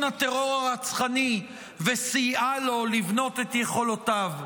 הטרור הרצחני וסייעה לו לבנות את יכולותיו.